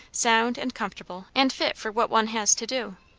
sound, and comfortable, and fit for what one has to do.